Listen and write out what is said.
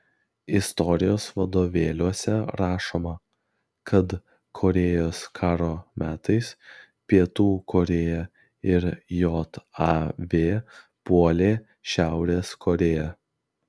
istorijos vadovėliuose rašoma kad korėjos karo metais pietų korėja ir jav puolė šiaurės korėją